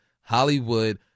Hollywood